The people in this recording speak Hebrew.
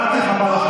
חבר הכנסת הורוביץ,